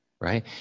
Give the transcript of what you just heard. Right